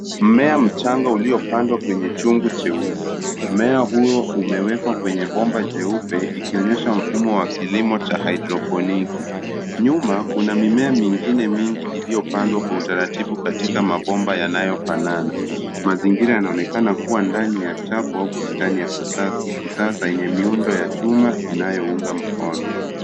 Mmea mchanga uliopandwa kwenye chungu cheusi. Mmea huo umewekwa kwenye bomba jeupe ikionyesha mfumo wa kilimo cha haidroponiki. Nyuma kuna mimea mingine mingi iliyopandwa kwa utaratibu katika mabomba yanayofanana. Mazingira yanaonekana kuwa ndani ya chafu au bustani ya kisasa yenye miundo ya chuma inayounga mkono.